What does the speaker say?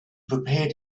prepared